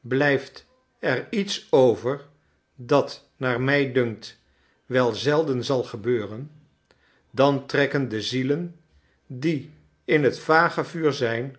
blijft er iets over dat naar mij dunkt wel zelden zal gebeuren dan trekken de zielen die in het vagevuur zijn